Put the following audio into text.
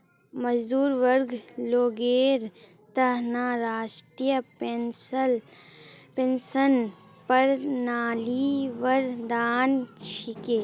मजदूर वर्गर लोगेर त न राष्ट्रीय पेंशन प्रणाली वरदान छिके